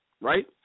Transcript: right